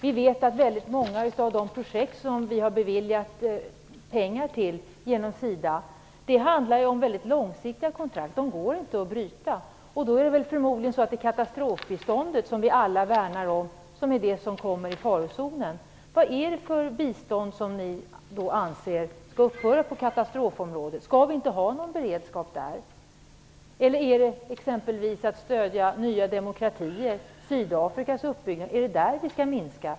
Vi vet att många av de projekt som vi har beviljat pengar till genom SIDA handlar om mycket långsiktiga kontrakt. De går inte att bryta. Det är förmodligen katastrofbiståndet, som vi alla värnar om, som är det som kommer i farozonen. Vad är det för bistånd som ni anser skall upphöra på katastrofområdet? Skall vi inte ha någon beredskap där? Eller skall vi minska insatserna när det gäller att stödja nya demokratier, exempelvis Sydafrikas uppbyggnad??